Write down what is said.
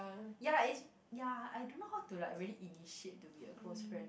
ya is ya I don't know how to like really initiate to be a close friend